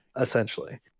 essentially